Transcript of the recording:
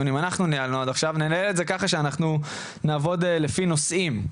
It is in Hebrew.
שאנחנו נעבוד לפי נושאים.